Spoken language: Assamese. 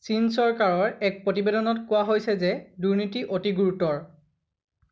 চীন চৰকাৰৰ এক প্ৰতিবেদনত কোৱা হৈছে যে দুৰ্নীতি অতি গুৰুতৰ